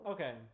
Okay